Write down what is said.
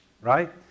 right